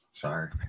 Sorry